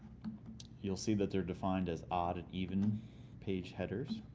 you'll see that they're defined as odd and even page headers.